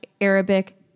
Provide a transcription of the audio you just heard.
Arabic